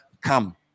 come